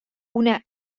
una